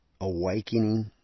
awakening